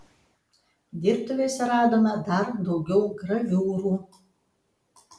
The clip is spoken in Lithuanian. dirbtuvėse radome dar daugiau graviūrų